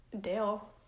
Dale